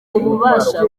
ububasha